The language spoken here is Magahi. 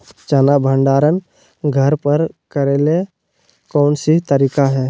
चना के भंडारण घर पर करेले कौन सही तरीका है?